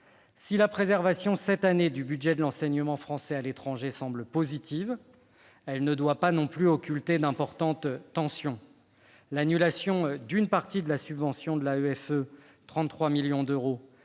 Si la préservation, cette année, du budget de l'enseignement français à l'étranger semble positive, elle ne saurait occulter d'importantes tensions. L'annulation d'une partie de la subvention de l'AEFE, à hauteur de 33 millions d'euros,